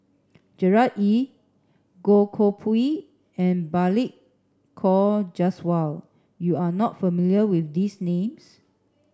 Gerard Ee Goh Koh Pui and Balli Kaur Jaswal you are not familiar with these names